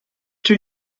two